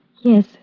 Yes